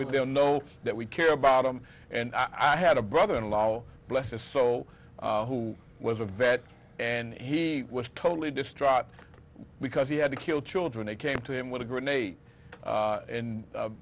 will know that we care about them and i had a brother in law bless his soul who was a vet and he was totally distraught because he had to kill children they came to him with a grenade